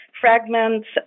fragments